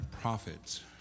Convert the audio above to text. prophets